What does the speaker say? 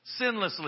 sinlessly